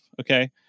Okay